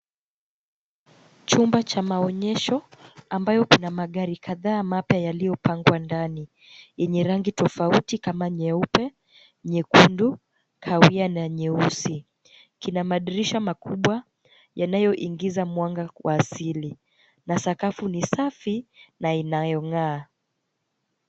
Chumba cha maonyesho ambayo kuna magari kadhaa mapya yaliyopangwa ndani yenye rangi tofauti kama nyeupe, nyekundu, kahawia na nyeusi. Kina madirisha makubwa yanayoingiza mwanga kwa asili na sakafu ni safi na inayong'aa.